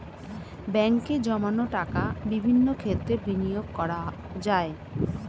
ব্যাঙ্কে জমানো টাকা বিভিন্ন ক্ষেত্রে বিনিয়োগ করা যায়